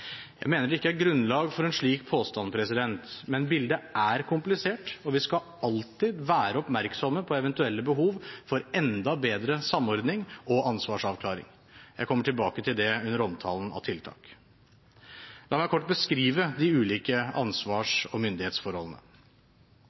Jeg mener det ikke er grunnlag for en slik påstand, men bildet er komplisert, og vi skal alltid være oppmerksomme på eventuelle behov for enda bedre samordning og ansvarsavklaring. Jeg kommer tilbake til det under omtalen av tiltak. La meg kort beskrive de ulike ansvars- og myndighetsforholdene.